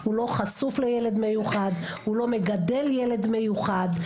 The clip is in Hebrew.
הוא לא חשוף לילד מיוחד, הוא לא מגדל ילד מיוחד.